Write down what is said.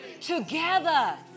together